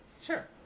Sure